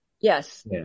Yes